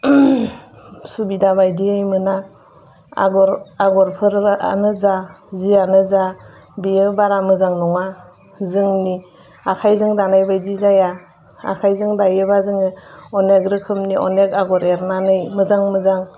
सुबिदा बायदियै मोना आगरफोरानो जा जियानो जा बेयो बारा मोजां नङा जोंनि आखाइजों दानायबायदि जाया आखाइजों दायोबा जोङो अनेग रोखोमनि अनेग आगर एरनानै मोजां मोजां